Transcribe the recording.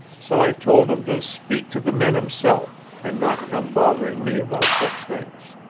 so i told him to speak to the men himself, and not come bothering me about such things.